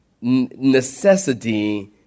necessity